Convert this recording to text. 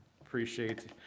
Appreciate